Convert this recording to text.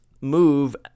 move